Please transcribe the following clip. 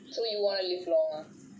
so you want to live long